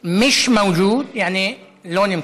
נמצא, יעני, מיש מווג'וד, יעני לא נמצא.